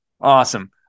Awesome